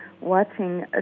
watching